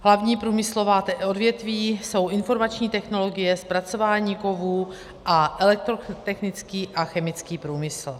Hlavní průmyslová odvětví jsou informační technologie, zpracování kovů a elektrotechnický a chemický průmysl.